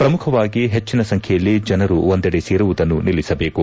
ಪ್ರಮುಖವಾಗಿ ಹೆಚ್ಚಿನ ಸಂಖ್ಯೆಯಲ್ಲಿ ಜನರು ಒಂದೆಡೆ ಸೇರುವುದನ್ನು ನಿಲ್ಲಿಸಬೇಕು